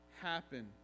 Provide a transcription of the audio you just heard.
happen